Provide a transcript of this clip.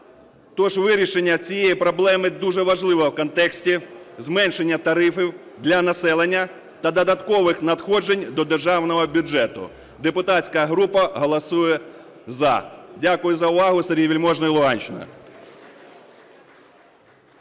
Тож вирішення цієї проблеми дуже важливе в контексті зменшення тарифів для населення та додаткових надходжень до державного бюджету. Депутатська група голосує "за". Дякую за увагу. Сергій Вельможний, Луганщина.